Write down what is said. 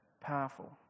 Powerful